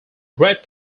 great